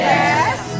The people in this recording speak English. Yes